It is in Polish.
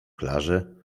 klarze